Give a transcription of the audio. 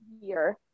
year